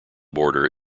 border